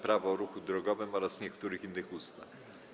Prawo o ruchu drogowym oraz niektórych innych ustaw.